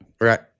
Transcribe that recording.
Right